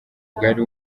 bwari